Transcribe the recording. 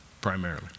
primarily